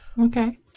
Okay